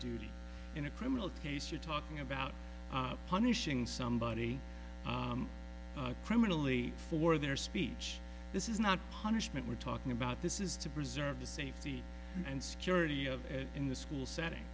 duty in a criminal case you're talking about punishing somebody criminally for their speech this is not punishment we're talking about this is to preserve the safety and security of a in the school setting